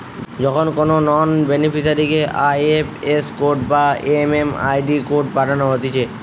যখন কোনো নন বেনিফিসারিকে আই.এফ.এস কোড বা এম.এম.আই.ডি কোড পাঠানো হতিছে